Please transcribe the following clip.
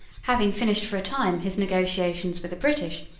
having finished for a time his negotiations with the british,